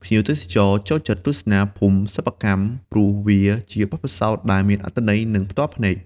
ភ្ញៀវទេសចរចូលចិត្តទស្សនាភូមិសិប្បកម្ម ព្រោះវាជាបទពិសោធន៍ដែល មានអត្ថន័យ និងផ្ទាល់ភ្នែក។